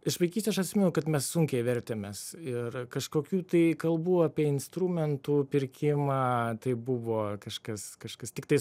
iš vaikystės aš atsimenu kad mes sunkiai vertėmės ir kažkokių tai kalbų apie instrumentų pirkimą tai buvo kažkas kažkas tiktais